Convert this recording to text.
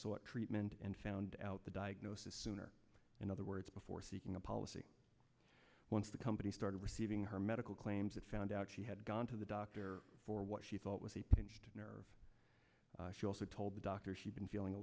sought treatment and found out the diagnosis sooner in other words before seeking a policy once the company started receiving her medical claims it found out she had gone to the doctor for what she thought was a pinched nerve she also told the doctor she'd been feeling a